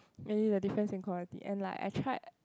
imagine the difference in quality and like I tried